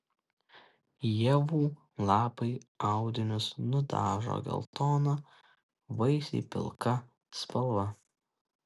ievų lapai audinius nudažo geltona vaisiai pilka spalva